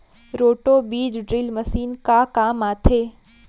Roto बीज drill machine का काम आथे?